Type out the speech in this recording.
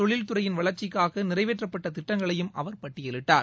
தொழில்துறையின் வளர்ச்சிக்காக நிறைவேற்றப்பட்ட மருந்துசார் திட்டங்களையும் அவர் பட்டியலிட்டார்